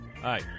Hi